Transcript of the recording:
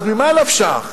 אז ממה נפשך?